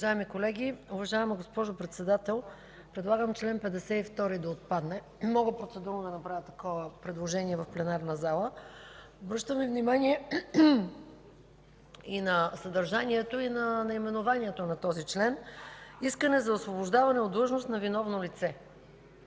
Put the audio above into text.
Уважаеми колеги, уважаема госпожо Председател! Предлагам чл. 52 да отпадне. Мога процедурно да направя такова предложение в пленарната зала. Обръщам Ви внимание и на съдържанието, и на наименованието на този член – „Искане за освобождаване от длъжност на виновно лице”.